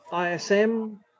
ISM